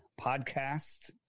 podcast